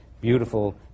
beautiful